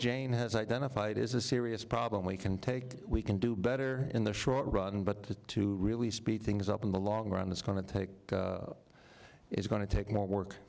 jane has identified is a serious problem we can take we can do better in the short run but to really speed things up in the long run it's going to take it's going to take more work